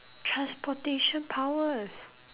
transportation powers